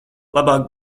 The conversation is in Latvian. labāk